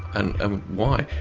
and ah why?